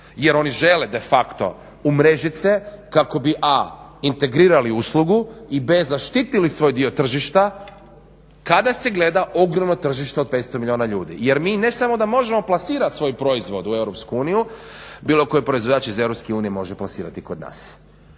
jer oni žele de facto umrežit se kako bi a) integrirali uslugu i b) zaštitili svoj dio tržišta kada se gleda ogromno tržište od 500 milijuna ljudi jer mi ne samo da možemo plasirati svoj proizvod u EU, bilo koji proizvođač iz EU može plasirati kod nas.